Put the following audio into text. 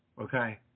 Okay